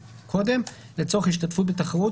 לצורך השתתפות בתחרות,